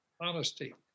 honesty